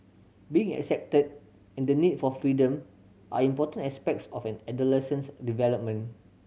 being accepted and the need for freedom are important aspects of an adolescent's development